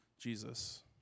Jesus